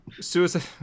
suicide